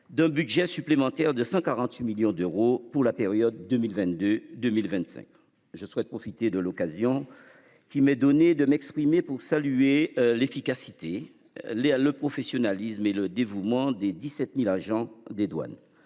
d'un budget supplémentaire de 148 millions d'euros pour la période 2022 2025. Je souhaite profiter de l'occasion qui m'est donnée de m'exprimer pour saluer l'efficacité Léa le professionnalisme et le dévouement des 17.000 agents des douanes,